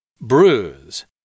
bruise